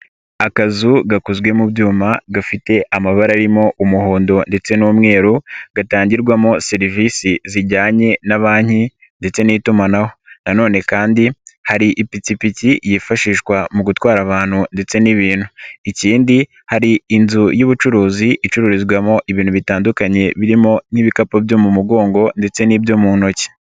Akazu gakozwe mu byuma gafite amabara aririmo umuhondo ndetse n'umweru gatangirwamo serivisi zijyanye na banki ndetse n'itumanaho, na none kandi hari ipikipiki yifashishwa mu gutwara abantu ndetse n'ibintu, ikindi hari inzu y'ubucuruzi icururizwamo ibintu bitandukanye birimo nk'ibikapu byo mu mugongo ndetse n'ibyo mu ntoki.